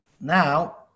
now